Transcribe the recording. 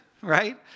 Right